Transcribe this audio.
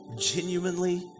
genuinely